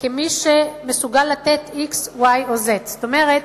כמי שמסוגל לתת x, y או z, זאת אומרת,